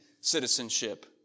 citizenship